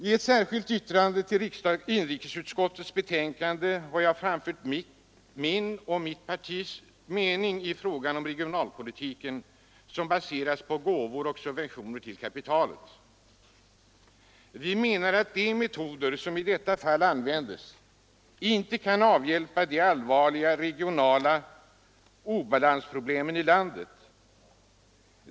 I ett särskilt yttrande till inrikesutskottets betänkande har jag framfört min och mitt partis mening i fråga om regionalpolitik som baseras på gåvor och subventioner till kapitalet. Vi menar att de metoder som i detta fall används inte kan avhjälpa de allvarliga regionala obalansproblemen i landet.